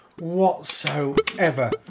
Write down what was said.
whatsoever